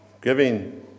giving